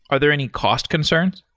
are there any cost concerns?